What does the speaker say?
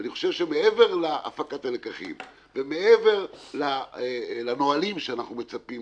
ואני חושב שמעבר להפקת הלקחים ומעבר לנהלים שאנחנו מצפים